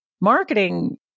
marketing